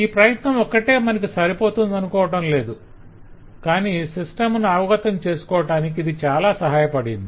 ఈ ప్రయత్నం ఒక్కటే మనకు సరిపోతుందనుకోవటంలేదు కాని సిస్టమ్ ను అవగతం చేసుకోడానికి ఇది చాల సహాయపడింది